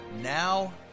Now